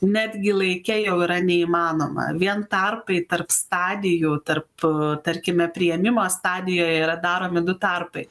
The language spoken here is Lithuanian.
netgi laike jau yra neįmanoma vien tarpai tarp stadijų tarp tarkime priėmimo stadijoje yra daromi du tarpai